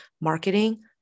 marketing